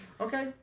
Okay